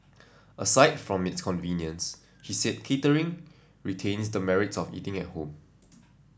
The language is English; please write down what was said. aside from its convenience she said catering retains the merits of eating at home